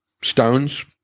Stones